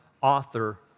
author